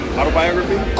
autobiography